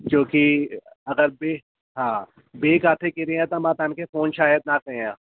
जो की अगरि बि हा ॿिए किथे किरी आहे त मां तव्हांखे फ़ोन शायदि न कयां